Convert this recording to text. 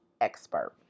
expert